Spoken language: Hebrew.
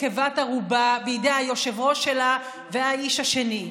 כבת ערובה בידי היושב-ראש שלה והאיש השני,